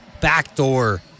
backdoor